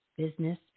Business